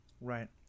Right